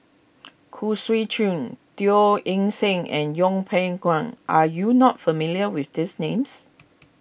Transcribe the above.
Khoo Swee Chiow Teo Eng Seng and Yeng Pway Guan are you not familiar with these names